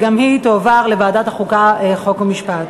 היא תעבור לוועדת החוקה, חוק ומשפט.